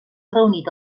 reunit